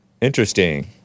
Interesting